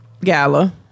Gala